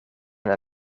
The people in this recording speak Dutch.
naar